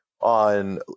on